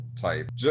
type